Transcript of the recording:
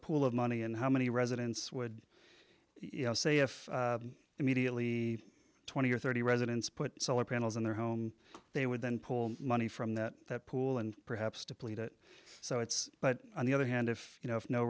pool of money and how many residents would you know say if immediately twenty or thirty residents put solar panels on their home they would then pull money from that pool and perhaps deplete it so it's but on the other hand if you know if no